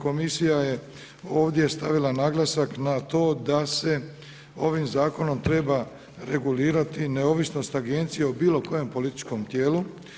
Komisija je ovdje stavila naglasak na to da se ovim Zakonom treba regulirati neovisnost agencija u bilo kojem političkom tijelu.